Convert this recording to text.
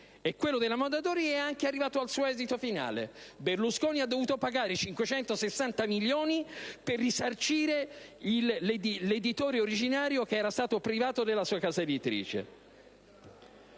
Quello della Mondadori è anche arrivato al suo esito finale: Berlusconi ha dovuto pagare 560 milioni per risarcire l'editore originario, che era stato privato della sua casa editrice.